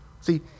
See